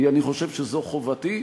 כי אני חושב שזו חובתי.